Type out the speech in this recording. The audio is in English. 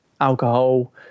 alcohol